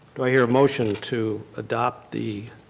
do i hear a motion to adopt the